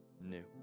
new